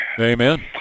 Amen